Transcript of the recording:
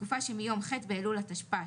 בתקופה שיום ח' באלול התשפ"א,